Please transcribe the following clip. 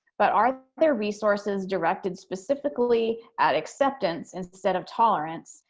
but are there resources directed specifically at acceptance instead of tolerance?